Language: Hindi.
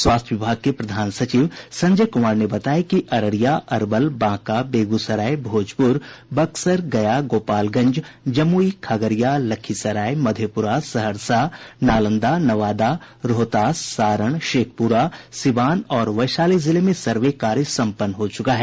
स्वास्थ्य विभाग के प्रधान सचिव संजय कुमार ने बताया कि अररिया अरवल बांका बेगूसराय भोजपुर बक्सर गया गोपालगंज जमुई खगड़िया लखीसराय मधेपुरा सहरसा नालंदा नवादा रोहतास सारण शेखपुरा सिवान और वैशाली जिले में सर्वे कार्य संपन्न हो चुका है